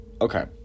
Okay